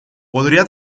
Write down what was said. podría